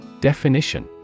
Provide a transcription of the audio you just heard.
Definition